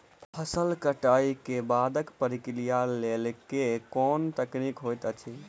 फसल कटाई केँ बादक प्रक्रिया लेल केँ कुन तकनीकी होइत अछि?